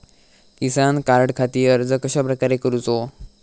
किसान कार्डखाती अर्ज कश्याप्रकारे करूचो?